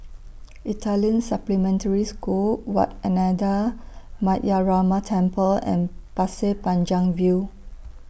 Italian Supplementary School Wat Ananda Metyarama Temple and Pasir Panjang View